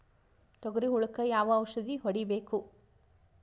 ತೊಗರಿ ಹುಳಕ ಯಾವ ಔಷಧಿ ಹೋಡಿಬೇಕು?